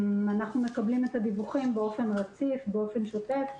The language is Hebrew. אנחנו מקבלים דיווחים באופן רציף ושוטף.